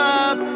up